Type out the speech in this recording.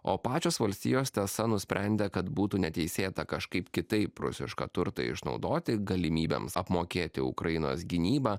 o pačios valstijos tiesa nusprendė kad būtų neteisėta kažkaip kitaip rusišką turtą išnaudoti galimybėms apmokėti ukrainos gynybą